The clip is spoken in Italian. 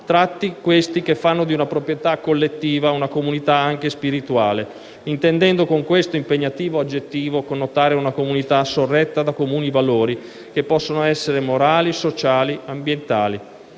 tratti, questi, che fanno di una proprietà collettiva una comunità anche spirituale, intendendo con questo impegnativo aggettivo connotare una comunità sorretta da comuni valori (che possono essere morali, sociali, ambientali).